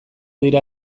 dira